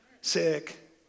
sick